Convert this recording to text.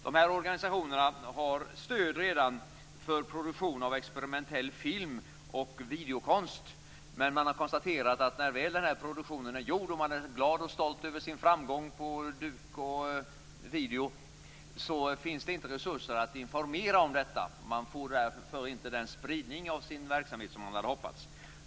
Dessa organisationer har redan stöd för produktion av experimentell film och videokonst. Men när produktionen väl är gjord och man är glad och stolt över sin framgång då finns det inte resurser att informera om detta. Det blir därför inte den spridning som man hade hoppats.